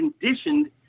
conditioned